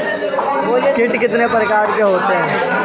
कीट कितने प्रकार के होते हैं?